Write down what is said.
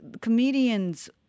comedian's